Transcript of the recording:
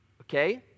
okay